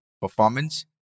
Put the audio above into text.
performance